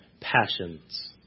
passions